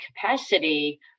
capacity